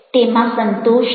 તેમાં સંતોષ છે